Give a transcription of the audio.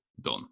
done